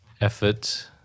effort